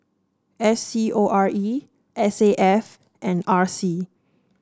S C O R E S A F and R C